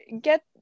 get